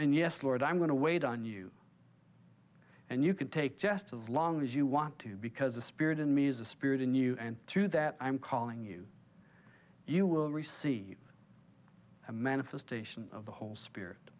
and yes lord i'm going to wait on you and you can take just as long as you want to because the spirit in me is a spirit in you and through that i'm calling you you will receive a manifestation of the whole spirit